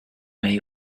may